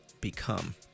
become